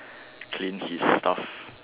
clean his stuff